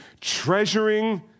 treasuring